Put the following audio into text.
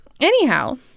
Anyhow